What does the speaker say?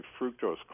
fructose